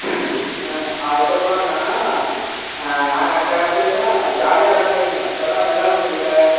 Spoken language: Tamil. ஆ அதுக்கப்றம் என்னான்னா நாங்கள் அந்த காலத்திலலாம் ஜாலியாக விளாண்டுட்ருந்தோம் இப்போதான் விளாட முடியல